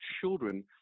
children